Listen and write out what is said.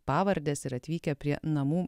pavardes ir atvykę prie namų